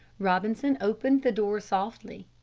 robinson opened the door softly.